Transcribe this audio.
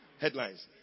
Headlines